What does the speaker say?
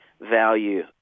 value